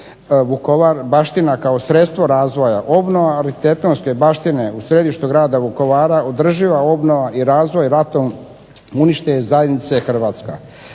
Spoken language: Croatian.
Vukovar" baština kao sredstvo razvoja, obnova arhitektonske baštine u središtu grada Vukovara, održiva obnova i razvoj ratom uništene zajednice Hrvatska.